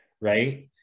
right